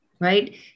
right